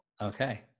Okay